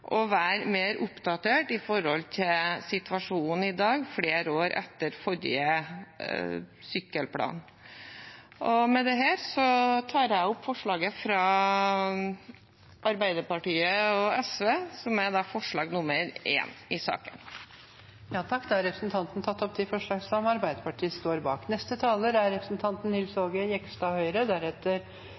være mer oppdatert med tanke på situasjonen i dag, flere år etter forrige sykkelplan. Med dette tar jeg opp forslaget fra Arbeiderpartiet og SV, som er forslag nr. 1 i saken. Representanten Kirsti Leirtrø har tatt opp det forslaget hun viste til. Representantforslaget tar opp et viktig tema som